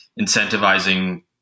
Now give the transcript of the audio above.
incentivizing